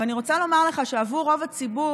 אבל אני רוצה לומר לך שעבור רוב הציבור,